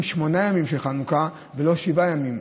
שמונה ימים של חנוכה ולא שבעה ימים,